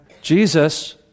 Jesus